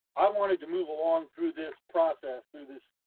i wanted to move along through this process, through this,